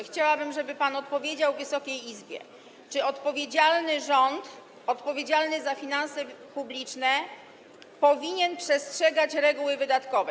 Chciałabym, żeby pan odpowiedział Wysokiej Izbie, czy odpowiedzialny rząd, odpowiedzialny za finanse publiczne, powinien przestrzegać reguły wydatkowej.